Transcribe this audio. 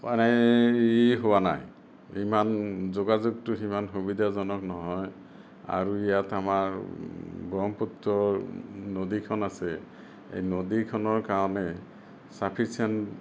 মানে ই হোৱা নাই সিমান যোগাযোগটো ইমান সুবিধাজনক নহয় আৰু ইয়াত আমাৰ ব্ৰহ্মপুত্ৰৰ নদীখন আছে এই নদীখনৰ কাৰণে ছাফিচিয়েণ্ট